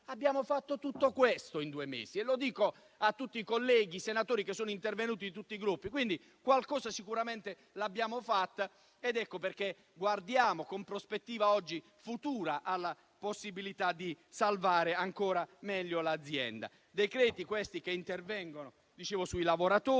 Abbiamo fatto tutto questo in due mesi e dico a tutti i colleghi senatori che sono intervenuti, di tutti i Gruppi, che quindi qualcosa sicuramente l'abbiamo fatta. Ed ecco perché guardiamo in prospettiva alla futura possibilità di salvare ancora meglio l'azienda. Sono decreti, questi, che intervengono sui lavoratori